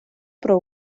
про